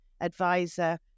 advisor